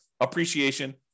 appreciation